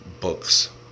books